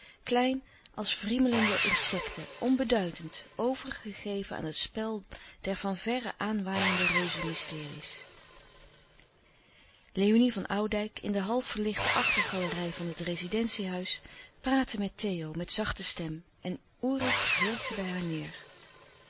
klein als wriemelende insecten onbeduidend overgegeven aan het spel der van verre aanwaaiende reuzenmysteries léonie van oudijck in de half verlichte achtergalerij van het rezidentie-huis praatte met theo met zachte stem en oerip hurkte bij haar neêr